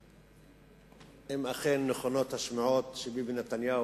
אם אכן נכונות השמועות שביבי נתניהו